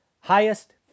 highest